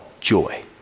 joy